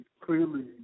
clearly